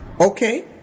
Okay